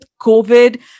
COVID